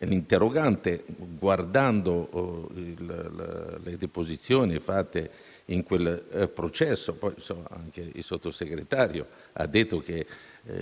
l’interrogante guardava alle deposizioni rese in quel processo. Poi la Sottosegretaria ha detto che